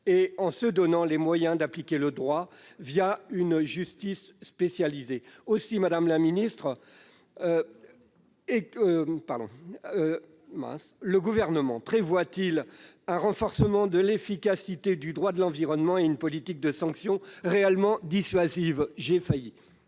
et en se donnant les moyens d'appliquer le droit, une justice spécialisée. Aussi, madame la ministre, le Gouvernement prévoit-il de renforcer l'efficacité du droit de l'environnement et de mettre en oeuvre une politique de sanction réellement dissuasive ? La parole